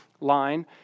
line